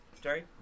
Jerry